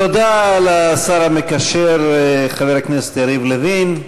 תודה לשר המקשר חבר הכנסת יריב לוין.